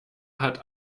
hat